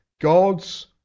God's